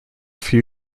few